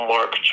Mark